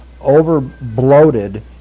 over-bloated